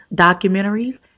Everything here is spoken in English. documentaries